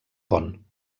pont